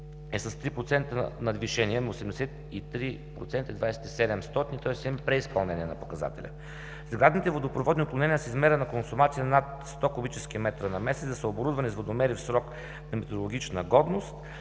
с 3% надвишение, на 83,27%. Имаме преизпълнение на показателя. Сградните водопроводни отклонения с измерена консумация над 100 куб. м. на месец да са оборудвани с водомери в срок на метрологична годност.